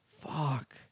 Fuck